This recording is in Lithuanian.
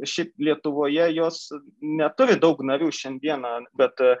šiaip lietuvoje jos neturi daug narių šiandieną bet